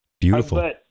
beautiful